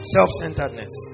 Self-centeredness